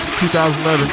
2011